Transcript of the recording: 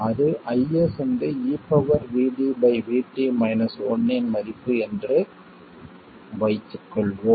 அது IS இன் மதிப்பு என்று வைத்துக்கொள்வோம்